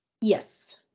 Yes